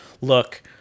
Look